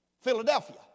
Philadelphia